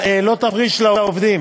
הסוציאליות לעובדים.